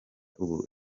ubu